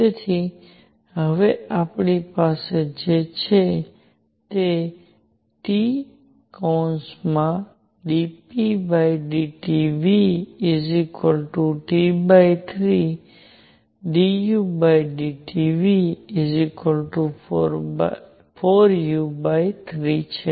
તેથી હવે આપણી પાસે જે છે તે T∂p∂TVT3∂u∂TV4u3 છે